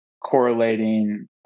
correlating